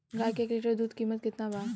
गाय के एक लीटर दूध कीमत केतना बा?